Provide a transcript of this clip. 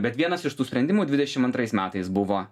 bet vienas iš tų sprendimų dvidešim antrais metais buvo